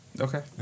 Okay